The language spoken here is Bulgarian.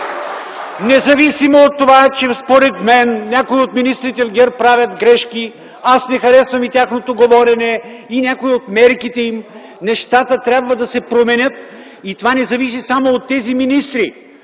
Независимо от това, че някой от министрите в ГЕРБ правят грешки, според мен, не харесвам и тяхното говорене и някои от мерките им, но нещата трябва да се променят и това не зависи само от тези министри,